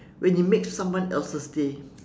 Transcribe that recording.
when you made someone else's day